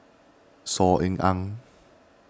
Saw Ean Ang